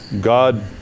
God